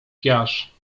piasz